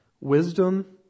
wisdom